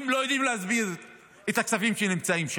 לא יודעים להסביר את הכספים שנמצאים שם.